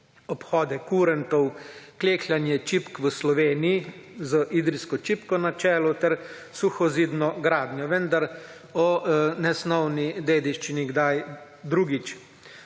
obhode kurentov, klekljanje čipk v Sloveniji z Idrijsko čipko na čelu ter suho zidno gradnjo, vendar o nesnovni dediščini kdaj drugič.